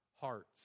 hearts